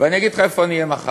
ואני אגיד לך איפה אני אהיה מחר,